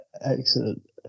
Excellent